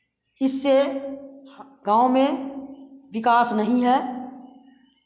इससे गाँव में विकास नहीं है